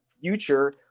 future